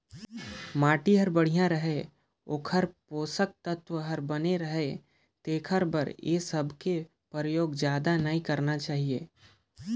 माटी हर बड़िया रहें, ओखर पोसक तत्व हर बने रहे तेखर बर ए सबके परयोग जादा नई करना चाही